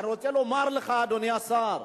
אני רוצה לומר לך, אדוני השר,